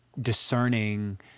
discerning